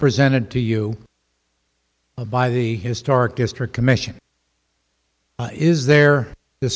presented to you by the historic district commission is their dis